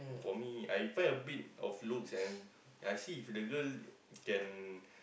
for me I find a bit of looks and I see if the girl can